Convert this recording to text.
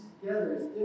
together